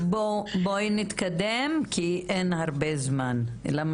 אז אנחנו בעצם מדברים על הנשים